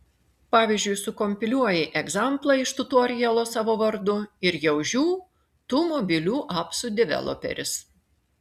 pavyzdžiui sukompiliuoji egzamplą iš tutorialo savo vardu ir jau žiū tu mobilių apsų developeris